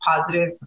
positive